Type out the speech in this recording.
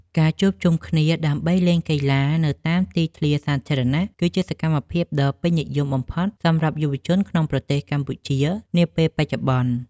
ការជួបជុំគ្នាដើម្បីលេងកីឡានៅតាមទីធ្លាសាធារណៈគឺជាសកម្មភាពដ៏ពេញនិយមបំផុតសម្រាប់យុវវ័យក្នុងប្រទេសកម្ពុជានាពេលបច្ចុប្បន្ន។